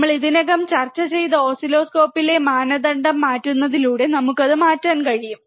നമ്മൾ ഇതിനകം ചർച്ച ചെയ്ത ഓസിലോസ്കോപ്പിലെ മാനദണ്ഡം മാറ്റുന്നതിലൂടെ നമുക്ക് അത് മാറ്റാൻ കഴിയും